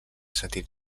sentit